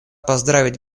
поздравить